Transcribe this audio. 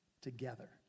together